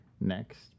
next